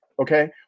Okay